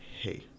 hey